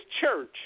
church